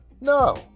No